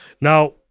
now